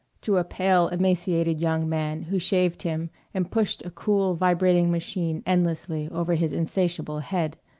to a pale, emaciated young man, who shaved him and pushed a cool vibrating machine endlessly over his insatiable head.